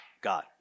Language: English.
God